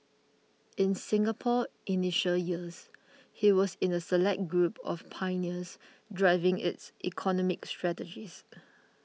in Singapore's initial years he was in a select group of pioneers driving its economic strategies